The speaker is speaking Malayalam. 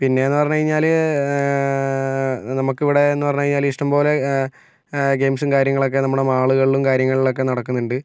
പിന്നെയെന്ന് പറഞ്ഞു കഴിഞ്ഞാൽ നമുക്കിവിടെ എന്ന് പറഞ്ഞു കഴിഞ്ഞാൽ ഇഷ്ടംപോലെ ഗെയിംസും കാര്യങ്ങളിലൊക്കെ നമ്മളുടെ മാളുകളിലും കാര്യങ്ങളിലും ഒക്കെ നടക്കുന്നുണ്ട്